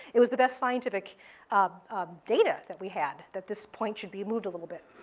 it was the best scientific data that we had, that this point should be moved a little bit.